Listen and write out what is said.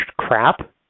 crap